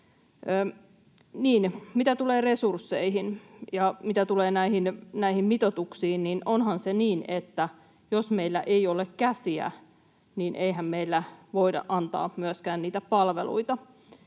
Mitä tulee resursseihin ja mitä tulee näihin mitoituksiin, niin onhan se niin, että jos meillä ei ole käsiä, niin eihän meillä voida antaa myöskään niitä palveluita.